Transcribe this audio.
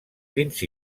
fins